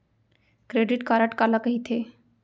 Credit card काला कहिथे?